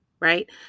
Right